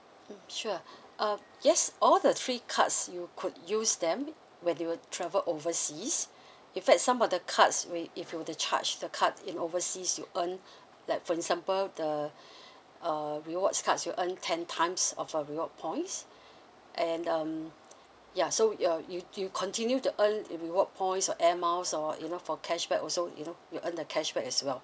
mm sure uh yes all the three cards you could use them when you will travel overseas if like some of the cards with if you were to charge the card in overseas you earn like for example the uh rewards cards you earn ten times of our reward points and um ya so you're you you continue to earn the reward points or air miles or you know for cashback also you know you earn the cashback as well